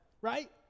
right